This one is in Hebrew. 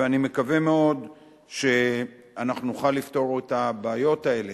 ואני מקווה מאוד שאנחנו נוכל לפתור את הבעיות האלה.